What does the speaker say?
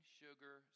sugar